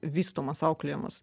vystomas auklėjamas